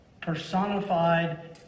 Personified